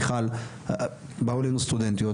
באו אלינו סטודנטיות,